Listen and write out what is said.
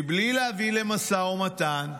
בלי להביא למשא ומתן,